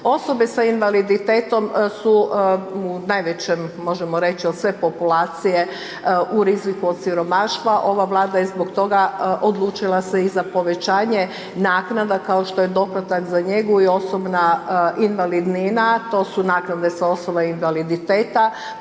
Osobe sa invaliditetom su u najvećem, možemo reći od sve populacije, u riziku od siromaštva, ova Vlada je zbog toga odlučila se i za povećanje naknade kao što je doplatak za njegu i osobna invalidnina, to su naknade .../Govornik se